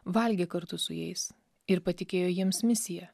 valgė kartu su jais ir patikėjo jiems misiją